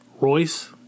Royce